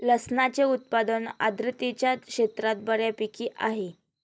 लसणाचे उत्पादन आर्द्रतेच्या क्षेत्रात बऱ्यापैकी आहे